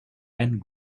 and